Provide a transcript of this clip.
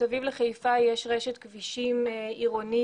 מסביב לחיפה יש רשת כבישים עירונית,